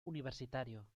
universitario